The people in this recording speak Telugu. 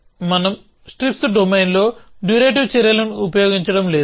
మనం స్ట్రిప్స్ డొమైన్లో డ్యూరేటివ్ చర్యలను ఉపయోగించడం లేదు